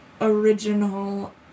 original